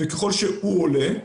ככל שהוא עולה,